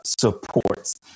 supports